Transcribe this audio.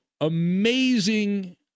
amazing